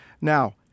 Now